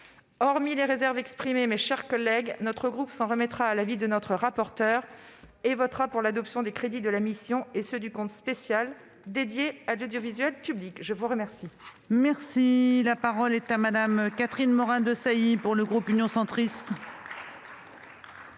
Hormis les réserves exprimées, mes chers collègues, notre groupe s'en remettra à l'avis de nos rapporteurs et votera pour l'adoption des crédits de la mission et ceux du compte spécial dédié à l'audiovisuel public. La parole est à Mme Catherine Morin-Desailly. Madame la présidente,